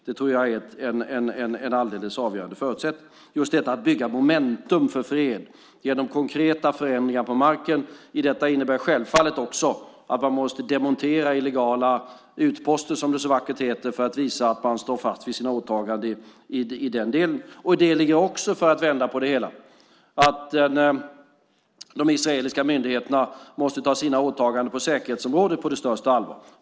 Det tror jag är en alldeles avgörande förutsättning, just detta att bygga momentum för fred genom konkreta förändringar på marken. Detta innebär självfallet också att man måste demontera illegala utposter, som det så vackert heter, för att visa att man står fast vid sina åtaganden i den delen. I det ligger också, för att vända på det hela, att de israeliska myndigheterna måste ta sina åtaganden på säkerhetsområdet på det största allvar.